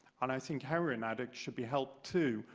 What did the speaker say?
and i think heroin addicts should be helped, too.